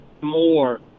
more